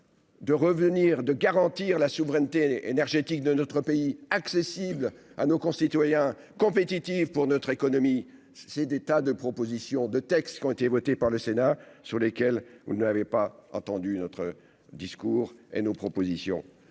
De revenir, de garantir la souveraineté énergétique de notre pays, accessible à nos concitoyens compétitive pour notre économie, c'est des tas de propositions de textes qui ont été votées par le Sénat sur lesquels on ne l'avait pas entendu notre discours et nos propositions,